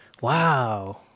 Wow